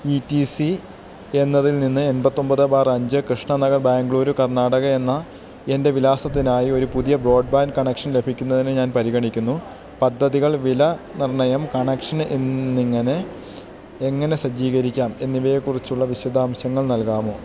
E T C എന്നതിൽ നിന്ന് എണ്പത്തിയൊമ്പത് ബാർ അഞ്ച് കൃഷ്ണ നഗർ ബാംഗ്ലൂരു കർണാടക എന്ന എൻ്റെ വിലാസത്തിനായി ഒരു പുതിയ ബ്രോഡ്ബാൻഡ് കണക്ഷൻ ലഭിക്കുന്നതിനായി ഞാൻ പരിഗണിക്കുന്നു പദ്ധതികൾ വിലനിർണ്ണയം കണക്ഷൻ എന്നിങ്ങനെ എങ്ങനെ സജ്ജീകരിക്കാം എന്നിവയെക്കുറിച്ചുള്ള വിശദാംശങ്ങൾ നൽകാമോ